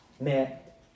met